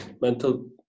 mental